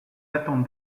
attente